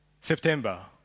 september